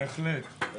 בהחלט.